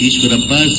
Eshwarappa C